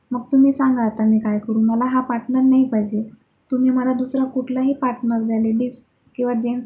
मग तुम्ही सांगा आता मी काय करू मला हा पार्टनर नाही पाहिजे तुम्ही मला दुसरा कुठलाही पार्टनर द्या लेडीज किंवा जेन्ट्स